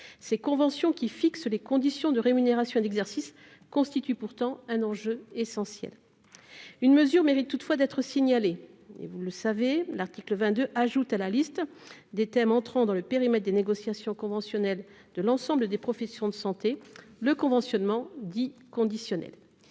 Ces conventions, qui fixent les conditions de rémunération et d'exercice, constituent pourtant un enjeu essentiel. Une mesure mérite toutefois d'être signalée : vous le savez, l'article 22 ajoute à la liste des thèmes entrant dans le périmètre des négociations conventionnelles de l'ensemble des professions de santé le conventionnement dit « conditionnel